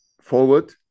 forward